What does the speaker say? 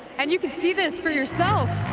and you can see this for yourself.